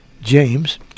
James